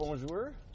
Bonjour